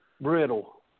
brittle